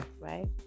right